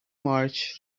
march